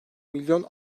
milyon